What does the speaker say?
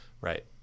Right